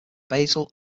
basel